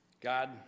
God